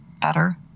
better